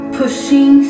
pushing